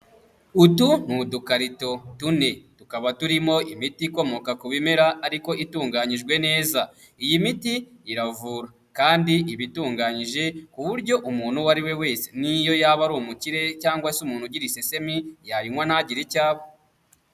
Utu ni udukarito dune, tukaba turimo imiti ikomoka ku bimera ariko itunganyijwe neza. Iyi miti iravura kandi iba itunganyije, ku buryo umuntu uwo ari we wese n'iyo yaba ari umukire cyangwa se umuntu ugira isesemi, yayinywa ntagire icyo aba.